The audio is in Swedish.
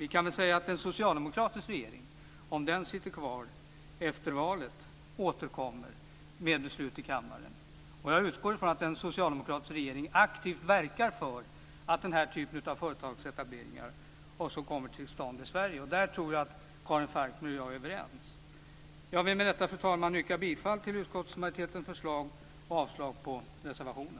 låt oss säga att en socialdemokratisk regering, om den sitter kvar efter valet, återkommer med beslut i kammaren. Jag utgår från att en socialdemokratisk regering aktivt verkar för att den här typen av företagsetableringar kommer till stånd också i Sverige. På den punkten tror jag att Karin Falkmer och jag är överens. Jag vill med detta, fru talman, yrka bifall till utskottsmajoritetens förslag och avslag på reservationen.